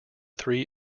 three